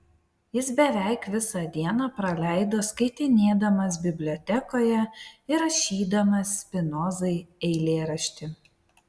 jis beveik visą dieną praleido skaitinėdamas bibliotekoje ir rašydamas spinozai eilėraštį